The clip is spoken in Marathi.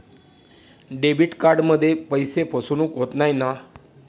डेबिट कार्डमध्ये पैसे फसवणूक होत नाही ना?